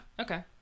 Okay